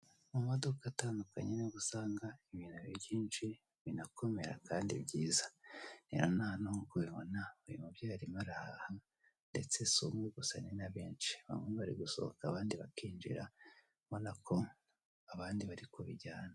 Mu maduka atandukanye niho usanga ibintu binakomera kandi byiza, rero na hano nk'uko ubibona uyu mubyeyi arimo arahaha ndetse si umwe gusa ni na benshi. Bamwe bari gusohoka abandi bakinjira ubona ko abandi bari kubijyana.